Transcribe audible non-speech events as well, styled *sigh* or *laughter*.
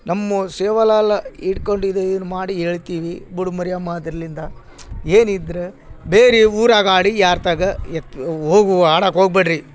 ನಮ್ಮ ಸೇವಲಾಲ ಇಡ್ಕೊಂಡಿದೀವಿ ಇದು ಮಾಡಿ ಹೇಳ್ತೀವಿ ಬಿಡ್ ಮರಿಯಮ್ಮ ಅದ್ರಲಿಂದ ಏನಿದ್ರೆ ಬೇರೆ ಊರಾಗ ಆಡಿ ಯಾರ್ತಾಗ *unintelligible* ಹೋಗ್ ಆಡೋಕ್ ಹೋಗಬೇಡ್ರಿ